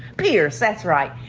pierce that's right.